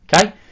Okay